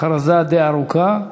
הכרזה די ארוכה.